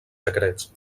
secrets